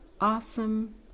awesome